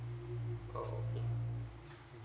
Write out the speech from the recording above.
oh okay